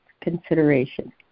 consideration